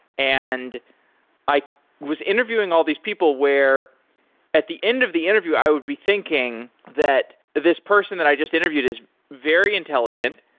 and i was interviewing all these people where at the end of the interview i would be thinking that this person that i just interviewed is very intelligent,